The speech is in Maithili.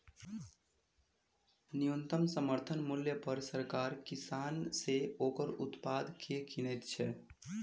न्यूनतम समर्थन मूल्य पर सरकार किसान सॅ ओकर उत्पाद के किनैत छै